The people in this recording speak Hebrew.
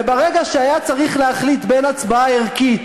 וברגע שהיה צריך להחליט בין הצבעה ערכית,